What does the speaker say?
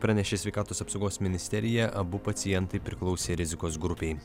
pranešė sveikatos apsaugos ministerija abu pacientai priklausė rizikos grupei